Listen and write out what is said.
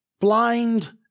Blind